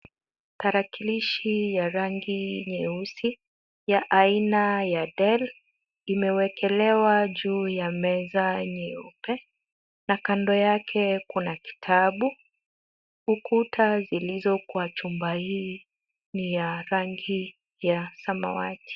Tarakilishi ya rangi nyeusi ya aina ya Dell, imewekelewa juu ya meza nyeupe na kando yake kuna kitabu. Ukuta zilizo kwa chumba hiki ni za rangi ya samawati.